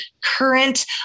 current